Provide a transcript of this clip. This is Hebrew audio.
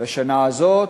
לשנה הזאת.